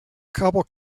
couple